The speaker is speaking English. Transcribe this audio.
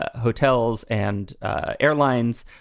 hotels and airlines,